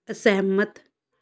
ਅਸਹਿਮਤ